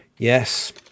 Yes